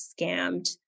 scammed